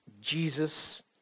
Jesus